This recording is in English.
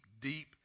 deep